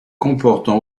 comportent